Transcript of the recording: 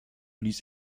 ließ